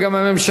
וגם של הממשלה.